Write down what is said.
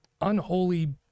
unholy